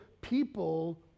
people